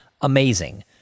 amazing